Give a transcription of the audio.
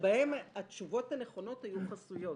שבהם התשובות הנכונות היו חסויות.